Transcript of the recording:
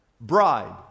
bride